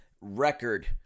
record